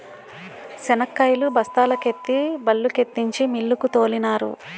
శనక్కాయలు బస్తాల కెత్తి బల్లుకెత్తించి మిల్లుకు తోలినారు